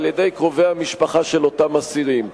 על-ידי קרובי המשפחה של אותם אסירים.